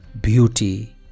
beauty